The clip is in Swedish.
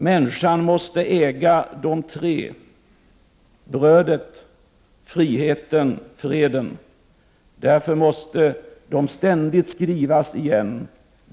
Människan måste äga de tre: Därför måste de ständigt skrivas igen.